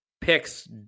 picks